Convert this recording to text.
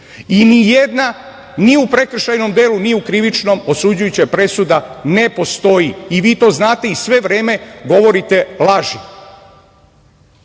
i nijedna ni u prekršajnom delu ni u krivičnom osuđujuća presuda ne postoji i vi to znate i sve vreme govorite laži,